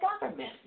government